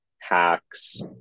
Hacks